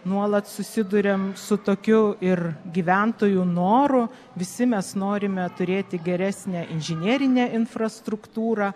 nuolat susiduriam su tokiu ir gyventojų noru visi mes norime turėti geresnę inžinerinę infrastruktūrą